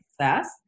success